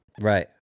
right